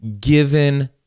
given